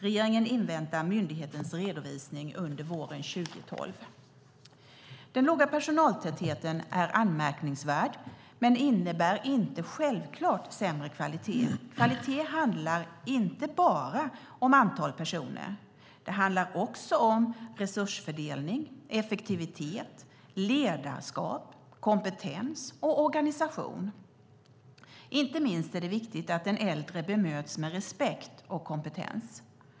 Regeringen inväntar myndighetens redovisning under våren 2012. Den låga personaltätheten är anmärkningsvärd men innebär inte självklart sämre kvalitet. Kvalitet handlar inte bara om antal personer. Det handlar också om resursfördelning, effektivitet, ledarskap, kompetens och organisation. Inte minst är det viktigt att den äldre bemöts med respekt och kompetens.